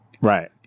Right